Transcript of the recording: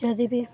ଯଦି ବି